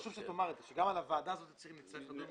חשוב שתאמר שגם על הוועדה הזאת צריך לדון.